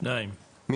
הצבעה בעד, 2 נגד,